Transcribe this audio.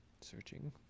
searching